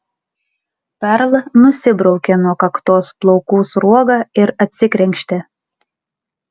perl nusibraukė nuo kaktos plaukų sruogą ir atsikrenkštė